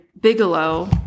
Bigelow